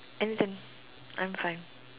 anything I'm fine